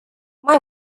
mai